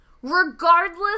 Regardless